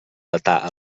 datar